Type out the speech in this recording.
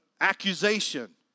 accusation